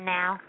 now